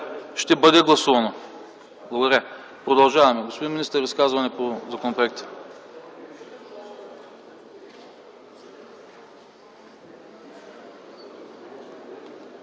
ще бъде гласувано това. Благодаря. Продължаваме – господин министър, изказване по законопроекта.